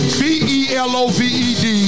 beloved